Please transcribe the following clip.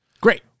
great